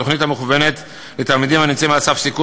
תוכנית המכוונת לתלמידים הנמצאים על סף סיכון